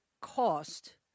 cost